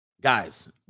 guys